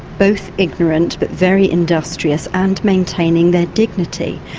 both ignorant but very industrious and maintaining their dignity.